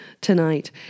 tonight